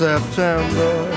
September